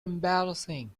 embarrassing